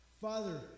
Father